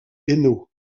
hainaut